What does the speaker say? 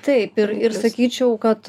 taip ir ir sakyčiau kad